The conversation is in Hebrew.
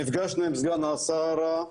נפגשנו עם סגן השרה,